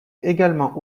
également